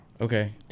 Okay